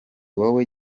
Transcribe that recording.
wowe